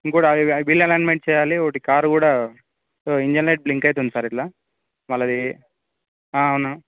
ఇంకోకటి wheel alignment చెయ్యాలి ఒకటి కార్ కూడా ఇంజెన్ లైట్ బ్లింక్ అవుతుంది సార్ ఇలా మళ్ళీ అది అవును